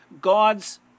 God's